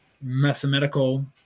mathematical